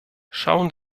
schauen